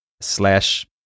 slash